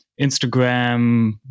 instagram